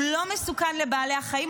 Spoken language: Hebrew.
הוא לא מסוכן לבני אדם,